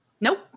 Nope